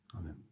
Amen